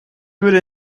würde